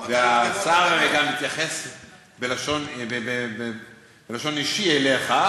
השר הרי התייחס בלשון אישית אליך.